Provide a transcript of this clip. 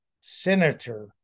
Senator